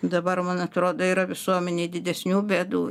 dabar man atrodo yra visuomenėj didesnių bėdų